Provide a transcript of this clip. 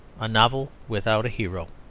a novel without a hero.